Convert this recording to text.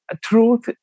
truth